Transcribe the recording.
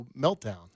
meltdown